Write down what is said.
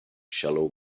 xaló